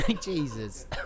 jesus